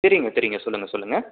தெரியுங்க தெரியுங்க சொல்லுங்க சொல்லுங்க